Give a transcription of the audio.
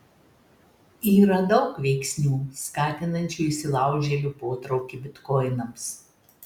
yra daug veiksnių skatinančių įsilaužėlių potraukį bitkoinams